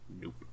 nope